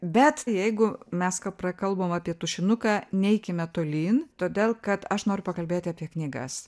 bet jeigu mes ką prakalbom apie tušinuką neikime tolyn todėl kad aš noriu pakalbėti apie knygas